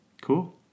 Cool